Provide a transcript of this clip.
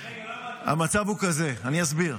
המצב הוא כזה, אני אסביר.